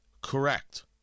correct